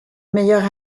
meilleur